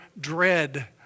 dread